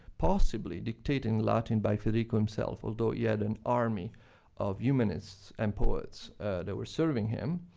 possibly dictated in latin by federico himself although he had an army of humanists and poets that were serving him,